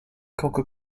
coca